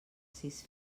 sis